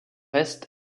est